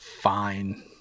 fine